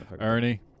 Ernie